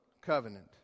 covenant